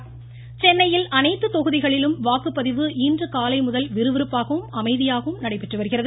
சென்னை சென்னையில் அனைத்து தொகுதிகளிலும் வாக்குப்பதிவு இன்றுகாலை முதல் விறுவிறுப்பாகவும் அமைதியாகவும் நடைபெற்று வருகிறது